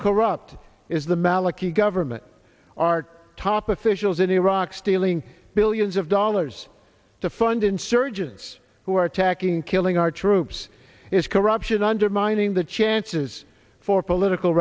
corrupt is the maliki government our top officials in iraq stealing billions of dollars to fund insurgents who are attacking killing our troops is corruption undermining the chances for political